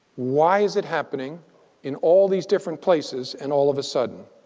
why is it happening in all these different places and all of a sudden?